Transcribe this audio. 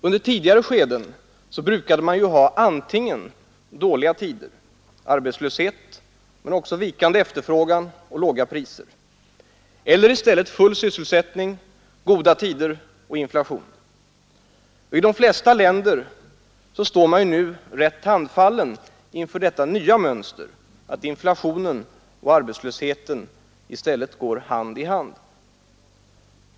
Under tidigare skeden brukade man ha antingen dåliga tider arbetslöshet men också vikande efterfrågan och låga priser — eller i stället full sysselsättning, goda tider och inflation. I de flesta länder står man nu rätt handfallen inför detta nya mönster som innebär att inflationen och arbetslösheten i stället går hand i hand.